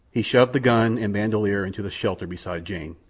he shoved the gun and bandoleer into the shelter beside jane.